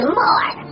more